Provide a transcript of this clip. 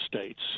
States